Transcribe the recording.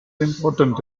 important